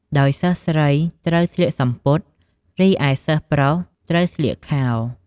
ដោយសិស្សស្រីត្រូវស្លៀកសំពត់ រីឯសិស្សប្រុសត្រូវស្លៀកខោ។